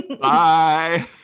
Bye